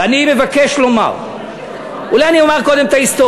אני מבקש לומר, אולי אני אומר קודם את ההיסטוריה.